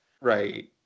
Right